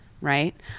right